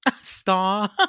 Stop